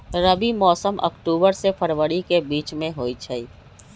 रबी मौसम अक्टूबर से फ़रवरी के बीच में होई छई